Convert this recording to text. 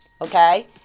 okay